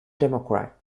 democrat